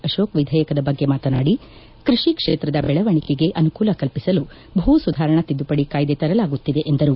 ಅಶೋಕ ವಿಧೇಯಕ ಬಗ್ಗೆ ಮಾತನಾದಿ ಕೃಷಿ ಕ್ಷೇತ್ರದ ಬೆಳವಣೆಗೆಗೆ ಅನುಕೂಲ ಕಲ್ಪಿಸಲು ಭೂ ಸುಧಾರಣಾ ತಿದ್ದುಪದಿ ಕಾಯ್ದೆ ತರಲಾಗುತ್ತಿದೆ ಎಂದರು